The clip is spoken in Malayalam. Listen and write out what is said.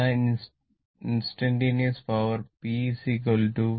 അതിനാൽ instantaneous power p v I